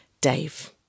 Dave